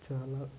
చాలా